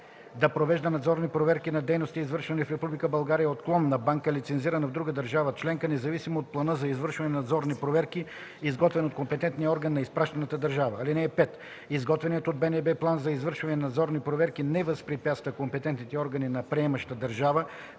да провежда надзорни проверки на дейностите, извършвани в Република България от клон на банка, лицензирана в друга държава членка, независимо от плана за извършване на надзорни проверки, изготвен от компетентния орган на изпращащата държава. (5) Изготвеният от БНБ план за извършване на надзорни проверки не възпрепятства компетентните органи на приемаща държава